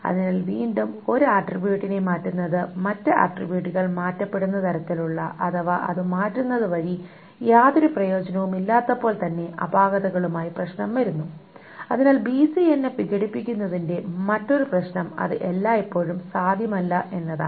അതിനാൽ വീണ്ടും ഒരു ആട്രിബ്യൂട്ടിനെ മാറ്റുന്നത് മറ്റ് ആട്രിബ്യൂട്ടുകൾ മാറ്റപ്പെടുന്ന തരത്തിലുള്ള അഥവാ അത് മാറ്റുന്നത് വഴി യാതൊരു പ്രയോജനവുമില്ലാത്തപ്പോൾ തന്നെ അപാകതകളുമായി പ്രശ്നം വരുന്നു അതിനാൽ ബിസിഎൻഎഫ് വിഘടിപ്പിക്കുന്നതിന്റെ മറ്റൊരു പ്രശ്നം അത് എല്ലായ്പ്പോഴും സാധ്യമല്ല എന്നതാണ്